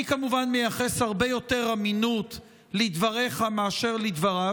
אני כמובן מייחס הרבה יותר אמינות לדבריך מאשר לדבריו,